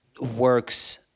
works